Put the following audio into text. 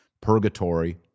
purgatory